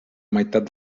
meitat